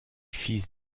fils